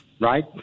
right